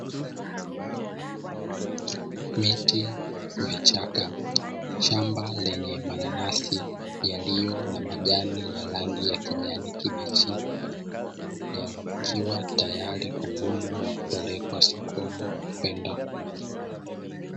Miti, vichaka, shamba lenye mananasi yaliyo na majani ya rangi ya kijani kibichi yakiwa tayari kuvunwa na kupelekwa sokoni kwenda kuuzwa.